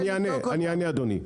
אני אענה, אדוני.